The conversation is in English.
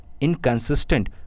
inconsistent